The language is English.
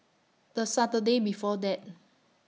The Saturday before that